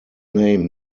name